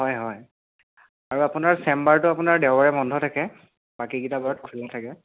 হয় হয় আৰু আপোনাৰ চেম্বাৰটো আপোনাৰ দেওবাৰে বন্ধ থাকে বাকীকেইটা বাৰত খোলা থাকে